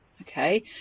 okay